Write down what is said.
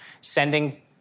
sending